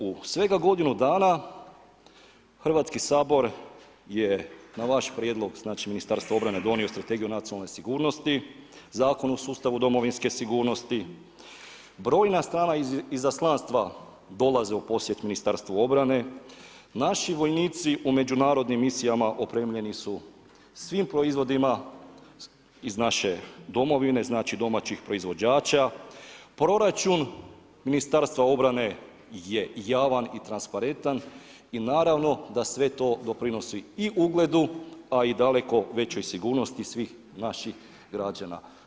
U svega godinu dana Hrvatski sabor je na vaš prijedlog znači Ministarstva obrane donio Strategiju nacionalne sigurnosti, Zakon o sustavu domovinske sigurnosti, brojna strana izaslanstva dolaze u posjet Ministarstvu obrane, naši vojnici u međunarodnim misijama opremljeni su svim proizvodima iz naše domovine domaćih proizvođača, proračun Ministarstva obrane je javan i transparentan i naravno da sve to doprinosi i ugledu, a i daleko većoj sigurnosti svih naših građana.